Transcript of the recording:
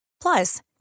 Plus